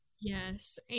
yes